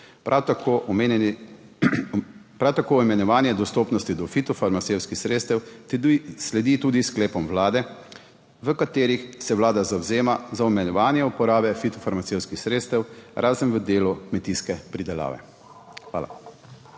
Prav tako omejevanje dostopnosti do fitofarmacevtskih sredstev sledi tudi sklepom vlade, v katerih se vlada zavzema za omejevanje uporabe fitofarmacevtskih sredstev, razen v delu kmetijske pridelave. Hvala.